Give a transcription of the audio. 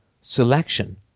selection